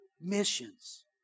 missions